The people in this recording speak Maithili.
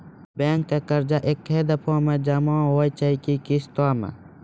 बैंक के कर्जा ऐकै दफ़ा मे जमा होय छै कि किस्तो मे?